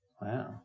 Wow